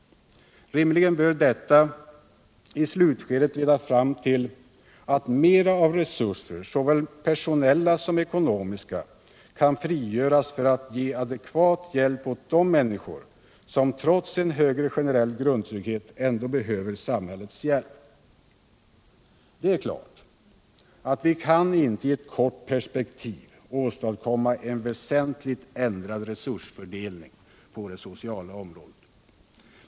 I slutskedet bör detta leda fram till att större resurser, såväl personella som ekonomiska, kan frigöras för att ge adekvat hjälp åt de människor som trots en högre generell grundtrygghet ändå behöver samhällets hjälp. Naturligtvis kan vi inte i ett kort perspektiv åstadkomma en väsentligt ändrad resursfördelning på det sociala området.